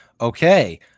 Okay